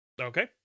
okay